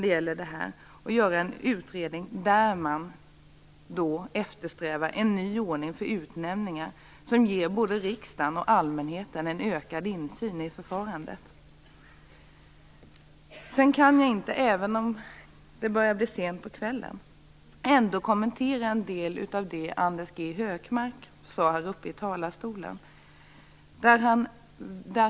Man bör göra en utredning där man eftersträvar en ny ordning för utnämningar som ger både riksdag och allmänhet en ökad insyn i förfarandet. Även om det börjar bli sent på kvällen vill jag ändå kommentera en del av det Anders G Högmark sade i talarstolen.